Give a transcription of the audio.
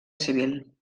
civil